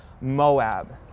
Moab